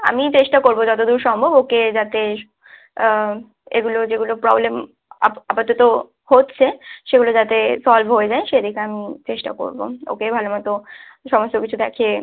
আমি চেষ্টা করব যত দূর সম্ভব ওকে যাতে এগুলো যেগুলো প্রবলেম আপাতত হচ্ছে সেগুলো যাতে সলভ হয়ে যায় সেদিকে আমি চেষ্টা করব ওকে ভালমতো সমস্ত কিছু দেখিয়ে